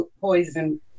poison